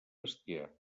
bestiar